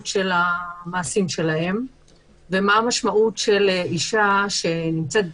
של המעשים שלהם ומה המשמעות של אישה שנמצאת בזנות,